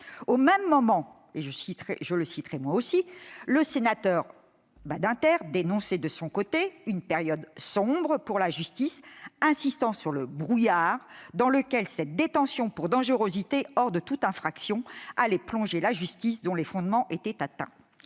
Au même moment- je le citerai à mon tour -, le sénateur Robert Badinter dénonçait de son côté « une période sombre pour notre justice », insistant sur « le brouillard » dans lequel cette « détention pour dangerosité, hors toute commission d'infraction » allait plonger la justice, dont les fondements étaient atteints.